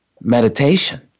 meditation